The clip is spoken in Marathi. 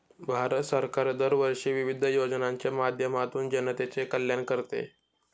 भारत सरकार दरवर्षी विविध योजनांच्या माध्यमातून जनतेचे कल्याण करते